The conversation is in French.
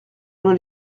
loi